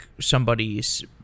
somebody's